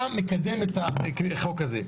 מקדם את החוק הזה.